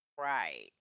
Right